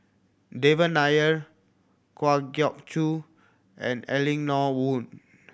Devan Nair Kwa Geok Choo and Eleanor Wong